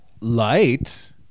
light